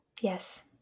Yes